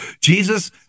Jesus